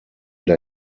der